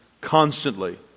constantly